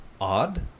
odd